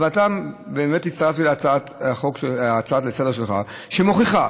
אז באמת הצטרפתי להצעה לסדר-היום שלך, שמוכיחה